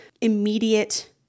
immediate